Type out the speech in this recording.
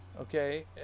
Okay